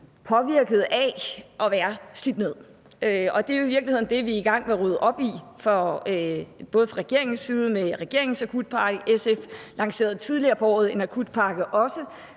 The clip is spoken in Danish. påvirket af at være slidt ned, og det er i virkeligheden det, vi er i gang med at rydde op i, både fra regeringens side med regeringens akutpakke og fra SF's side. Også SF lancerede tidligere på året en akutpakke, og